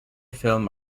film